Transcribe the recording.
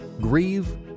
Grieve